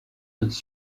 its